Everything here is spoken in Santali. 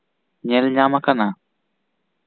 ᱧᱮᱞ ᱧᱟᱢ ᱠᱟᱱᱟ